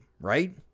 right